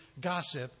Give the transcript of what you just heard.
gossip